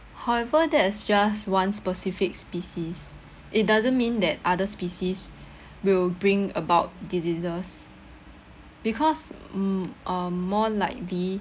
however that is just one specific species it doesn't mean that other species will bring about diseases because mm um more like the